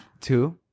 two